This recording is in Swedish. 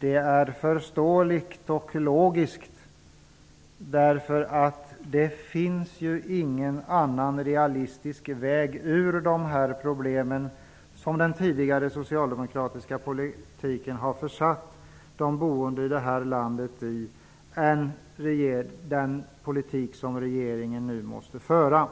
är förståeligt och logiskt. Det finns ingen annan realistisk väg ur de problem som den tidigare socialdemokratiska politiken försatt de boende i det här landet i än den politik som regeringen måste föra.